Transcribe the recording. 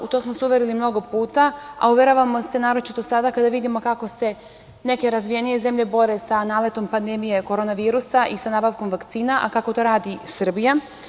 U to smo se uverili mnogo puta, a uveravamo se naročito sada kada vidimo kako se neke razvijenije zemlje bore sa naletom pandemije korona virusa i sa nabavkom vakcina, a kako to radi Srbija.